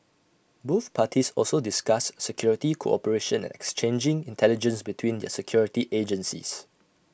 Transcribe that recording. both parties also discussed security cooperation and exchanging intelligence between their security agencies